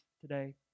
today